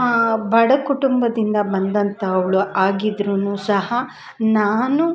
ಬಡಕುಟುಂಬದಿಂದ ಬಂದಂಥವಳು ಆಗಿದ್ದರೂ ಸಹ ನಾನು